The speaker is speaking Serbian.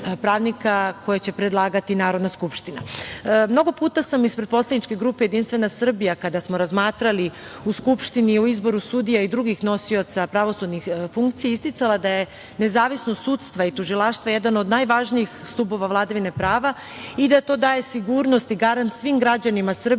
koje će predlagati Narodna skupština. Mnogo puta sam ispred poslaničke grupe Jedinstvena Srbija, kada smo razmatrali u Skupštini o izboru sudija i drugih nosioca pravosudnih funkcija, isticala da je nezavisnost sudstva i tužilaštva jedan od najvažnijih stubova vladavine prave i da to daje sigurnost i garant svim građanima Srbije